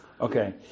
Okay